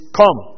come